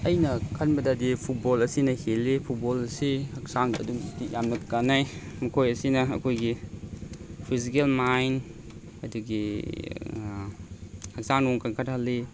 ꯑꯩꯅ ꯈꯟꯕꯗꯗꯤ ꯐꯨꯠꯕꯣꯜ ꯑꯁꯤꯅ ꯍꯦꯜꯂꯤ ꯐꯨꯠꯕꯣꯜ ꯑꯁꯤ ꯍꯛꯆꯥꯡꯗꯗꯤ ꯑꯗꯨꯛꯀꯤ ꯃꯇꯤꯛ ꯌꯥꯝꯅ ꯀꯥꯟꯅꯩ ꯃꯈꯣꯏ ꯑꯁꯤꯅ ꯑꯩꯈꯣꯏꯒꯤ ꯐꯤꯖꯤꯀꯦꯜ ꯃꯥꯏꯟ ꯑꯗꯒꯤ ꯍꯛꯆꯥꯡ ꯅꯨꯡ ꯀꯟꯈꯠꯍꯜꯂꯤ